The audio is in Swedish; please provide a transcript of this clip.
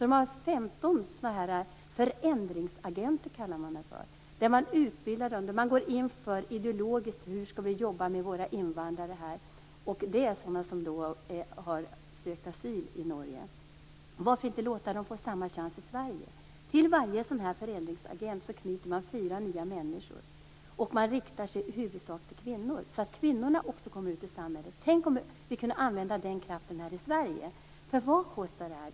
Det finns 15 s.k. förändringsagenter. Man går ideologiskt in för frågan hur man skall jobba med sina invandrare - det gäller de som sökt asyl i Norge. Varför inte låta dem i Sverige få samma chans? Till varje förändringsagent knyts fyra nya människor, och man riktar sig i huvudsak till kvinnor, så att kvinnorna också kommer ut i samhället. Tänk om vi kunde använda den kraften här i Sverige! Vad kostar då det här?